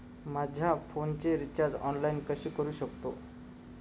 माझ्या फोनचे recharge online कसे करू शकतो?